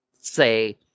say